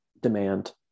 demand